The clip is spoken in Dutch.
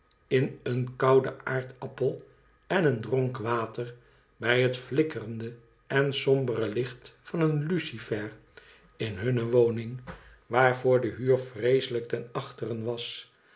in een kouden aardappel en een dronk water bq het flikkerende en sombere licht van een lucifer in hunne woning waarvoor de huur vreeselijk ten achteren was